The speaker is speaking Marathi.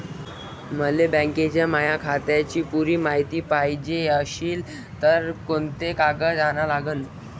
मले बँकेच्या माया खात्याची पुरी मायती पायजे अशील तर कुंते कागद अन लागन?